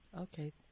Okay